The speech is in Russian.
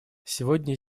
сегодня